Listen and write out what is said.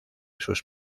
sus